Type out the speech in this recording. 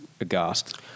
aghast